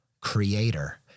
creator